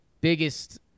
biggest